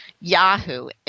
Yahoo